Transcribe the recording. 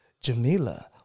Jamila